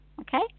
Okay